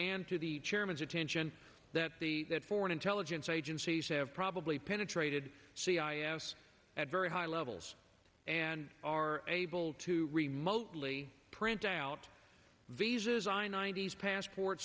and to the chairman's attention that the foreign intelligence agencies have probably penetrated c i s at very high levels and are able to remotely print out visas i ninety's passport